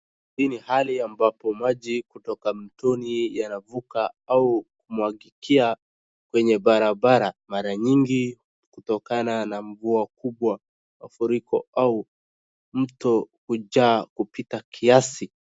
Hii ni hali ambapo maji kutoka mtoni yanavuka au kumwangikia kwenye barabara. Mara nyingi hutokana na mvua kubwa, mafuriko au mto kujaa kupita kiasi.